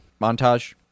montage